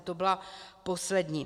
To byla poslední.